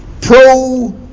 pro